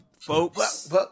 folks